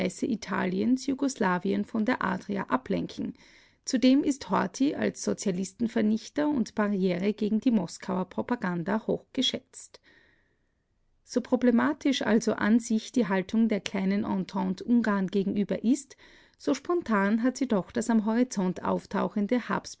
italiens jugoslawien von der adria ablenken zudem ist horthy als sozialistenvernichter und barriere gegen die moskauer propaganda hochgeschätzt so problematisch also an sich die haltung der kleinen entente ungarn gegenüber ist so spontan hat sie doch das am horizont auftauchende